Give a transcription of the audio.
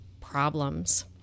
problems